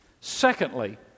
Secondly